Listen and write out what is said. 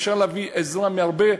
אפשר להביא עזרה מהרבה,